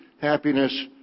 happiness